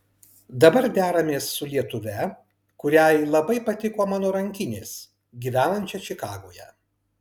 dabar deramės su lietuve kuriai labai patiko mano rankinės gyvenančia čikagoje